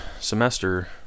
semester